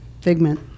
Figment